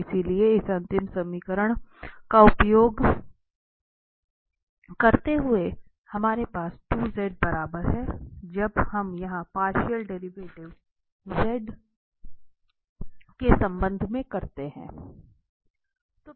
इसलिए इस अंतिम समीकरण का उपयोग करते हुए हमारे पास 2 z बराबर है जब हम यहां पार्शियल डेरिवेटिव z के संबंध में करते हैं